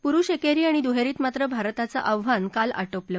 पुरुष एकेरी आणि दुहेरीत मात्र भारताचं आव्हान काल आधीमलं